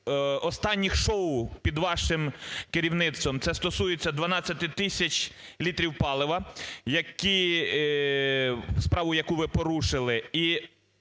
останніх шоу під вашим керівництвом, це стосується 12 тисяч літрів палива, які… справу, яку ви порушили.